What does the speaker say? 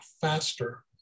faster